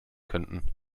könnten